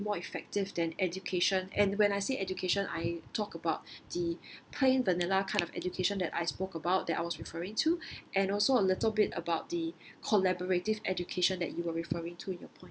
more effective than education and when I say education I talk about the plain vanilla kind of education that I spoke about that I was referring to and also a little bit about the collaborative education that you were referring to in your point